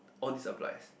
all these applies